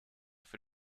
für